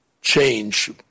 change